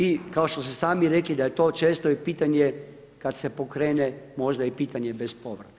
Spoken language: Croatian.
I kao što ste sami rekli da je to često pitanje kada se pokrene možda i pitanje bez povratka.